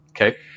okay